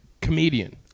comedian